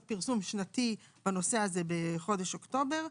פרסום שנתי בנושא הזה בחודש אוקטובר.